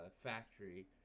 factory